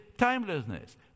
timelessness